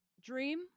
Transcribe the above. Dream